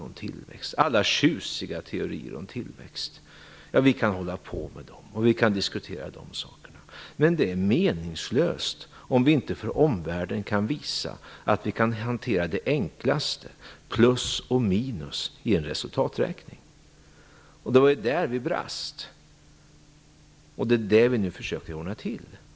Vi kan hålla på med alla flotta resonemang och teorier om tillväxt, men det är meningslöst om vi inte för omvärlden kan visa att vi kan hantera det enklaste, plus och minus i en resultaträkning. Det var ju där ni brast, och det är det som vi nu försöker att ordna till.